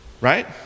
Right